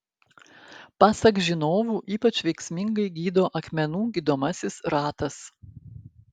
pasak žinovų ypač veiksmingai gydo akmenų gydomasis ratas